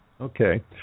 okay